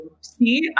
see